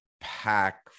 pack